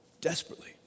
desperately